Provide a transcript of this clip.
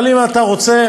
אבל אם אתה רוצה,